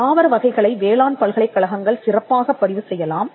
தாவர வகைகளை வேளாண் பல்கலைக்கழகங்கள் சிறப்பாகப் பதிவு செய்யலாம்